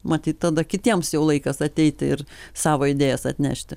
matyt tada kitiems jau laikas ateiti ir savo idėjas atnešti